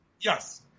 Yes